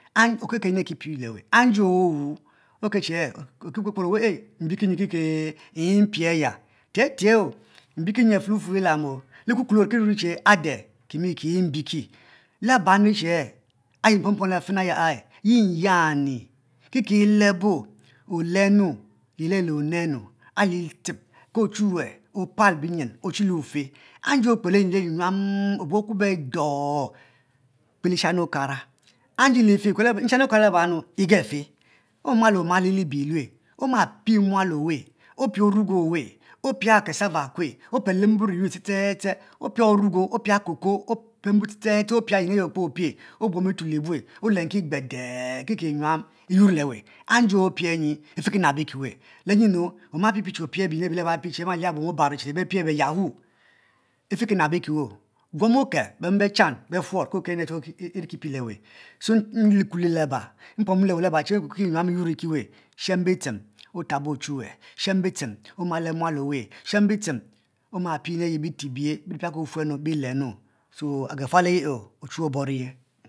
Anji owah okel che nburo chi mbiki nyi mpie aya tie tie mbikinyi afe le wufuor lilang ekukuolo are kiru ade kimi ki mbiki, laba nu che ayi mpom pom laba che yin yani kiki lebo olenu liyel ayi le onenu liyel thiep ke ochuwue opalbin yen ochilofe anju okpe olenu life ayi nyuam opie akubo e dou pie lisham okara anji life lishami okara ligefe oma mal oma le libie elue oma pieh omgu owe opie cassava akue opel mborr eyue ste ste ste opie jo opie cocoa opie mbor ste ste ste opia yin ayi opie obuong biyuel ebue olenki gbebe ki nyuam iyuor le weh nji opie nyi efiki nab ekiweh le nyinu oma pipie biyin abi laba che bepie be yahoo ife ki nab ekiweh guom okel beme bechan befuor ke okel nyin ayi iri ki pie le weh so nleko le leba che nde okpe ki nyuam iyuor iki weh shen bictchen omale mual oweh shen bictchen oma pie nyin ayi bite ebiye ben pia ke ofue nu bi lenu agafulo nu o